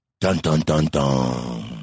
dun-dun-dun-dun